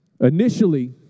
initially